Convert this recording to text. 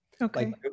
okay